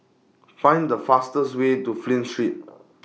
Find The fastest Way to Flint Street